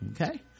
okay